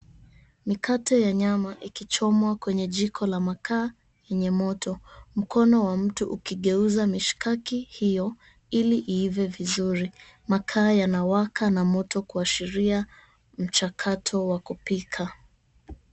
Mikate ya nyama ikichomwa kwenye jiko la makaa, yenye moto, mkono wa mtu ukigeuza mishkaki hiyo ili iive vizuri, makaa yanawaka na moto kuashiria mchakato wa kupika.